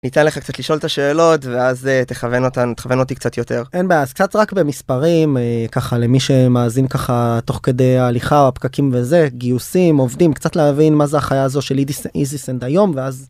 ניתן לך קצת לשאול את השאלות ואז תכוון אותן תכוון אותי קצת יותר אין בעיה אז רק קצת במספרים ככה למי שמאזין ככה תוך כדי ההליכה או הפקקים וזה גיוסים עובדים קצת להבין מה זה החיה הזו של easysend.io.